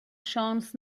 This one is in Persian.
شانس